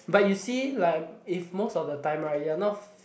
but you see like if most of the time right you're not